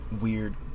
weird